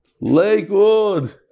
Lakewood